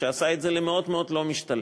ועשה את זה למאוד מאוד לא משתלם.